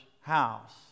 house